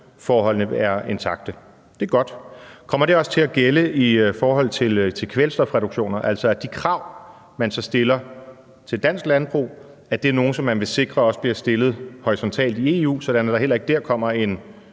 konkurrenceforholdene er intakte. Det er godt. Kommer det også til at gælde i forhold til kvælstofreduktioner, altså at de krav, man så stiller til dansk landbrug, er nogle, som man vil sikre også bliver stillet horisontalt i EU, sådan at der heller ikke dér kommer en